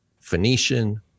phoenician